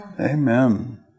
Amen